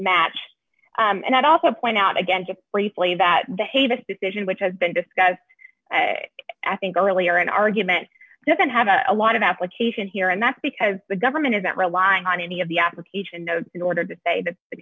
match and i'd also point out again just briefly that the hey this decision which has been discussed i think earlier an argument doesn't have a lot of application here and that's because the government isn't relying on any of the application in order to say that the